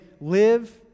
live